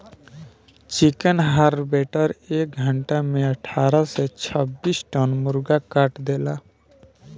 chicken harvester एक घंटा में अठारह से छब्बीस टन मुर्गा काट देला